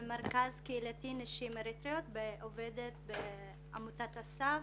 מרכז קהילתי לנשים אריתראיות ועובדת בעמותת א.ס.ף.